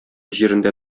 җирендә